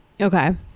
okay